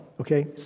Okay